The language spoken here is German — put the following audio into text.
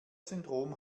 syndrom